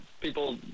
people